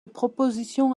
proposition